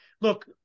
look